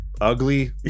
Ugly